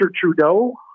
Trudeau